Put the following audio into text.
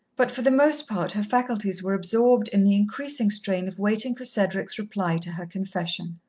but for the most part her faculties were absorbed in the increasing strain of waiting for cedric's reply to her confession.